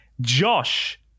Josh